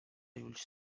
ulls